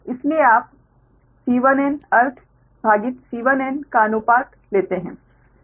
इसलिए आप C1n अर्थ भागित C1n का अनुपात लेते हैं